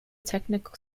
technical